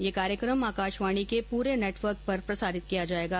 ये कार्यक्रम आकाशवाणी के पूरे नेटवर्क पर प्रसारित किया जाएगा